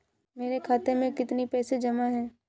मेरे खाता में कितनी पैसे जमा हैं?